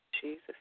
Jesus